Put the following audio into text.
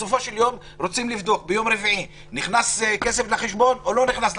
בסופו של יום רוצים לדעת אם ביום רביעי נכנס כסף לחשבון או לא נכנס.